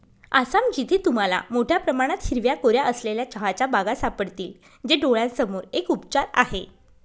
आसाम, जिथे तुम्हाला मोठया प्रमाणात हिरव्या कोऱ्या असलेल्या चहाच्या बागा सापडतील, जे डोळयांसाठी एक उपचार आहे